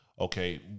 okay